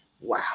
Wow